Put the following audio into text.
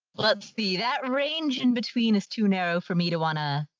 let's see. that range in between is too narrow for me to want to.